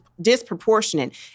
disproportionate